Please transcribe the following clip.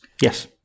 Yes